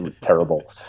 terrible